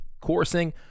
coursing